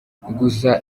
gusa